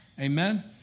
Amen